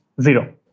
Zero